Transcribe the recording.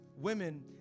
Women